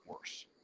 worse